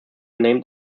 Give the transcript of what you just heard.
named